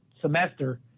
semester